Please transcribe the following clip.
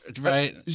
right